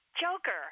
Joker